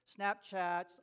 Snapchats